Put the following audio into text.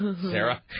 Sarah